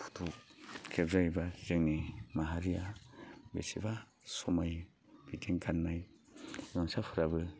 फटक खेबजायोब्ला जोंनि माहारिया बेसेबा समायो बिथिं गाननाय गामसाफोराबो